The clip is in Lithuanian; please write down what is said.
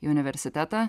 į universitetą